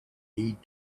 need